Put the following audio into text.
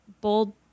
Bold